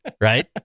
Right